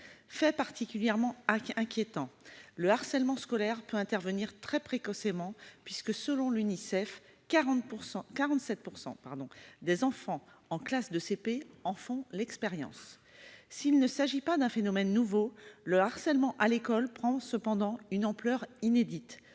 Fait particulièrement inquiétant, le harcèlement scolaire peut intervenir très précocement puisque, selon l'UNICEF, 47 % des enfants en classe de cours préparatoire en font l'expérience. S'il ne s'agit pas d'un phénomène nouveau, le harcèlement à l'école prend cependant une ampleur inédite,